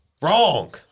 Wrong